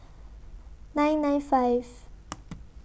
nine nine five